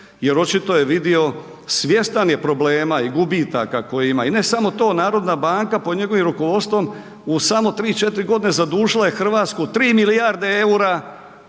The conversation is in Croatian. jer očito je vidio, svjestan je problema i gubitaka koje ima. I ne samo to, Narodna banka pod njegovim rukovodstvom u samo 3, 4 godine zadužila je Hrvatsku 3 milijarde eura